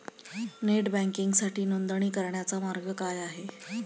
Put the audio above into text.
Net बँकिंगसाठी नोंदणी करण्याचा मार्ग काय आहे?